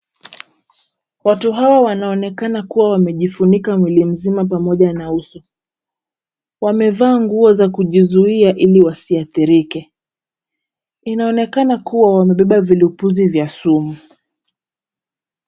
Watu hawa wanaonekana kuwa wamejifunika mwili mzima pamoja na uso. Wamevaa nguo za kujizuia ili wasiathirike. Inaonekana kuwa wamebeba vilupuzi vya sumu.